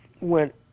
went